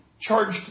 charged